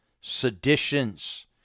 seditions